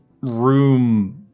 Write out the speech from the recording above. room